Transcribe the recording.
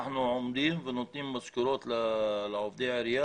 אנחנו משלמים משכורות לעובדי העירייה